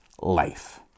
life